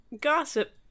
gossip